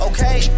Okay